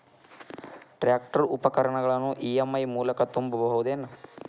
Tractor ಉಪಕರಣಗಳನ್ನು EMI ಮೂಲಕ ತುಂಬಬಹುದ ಏನ್?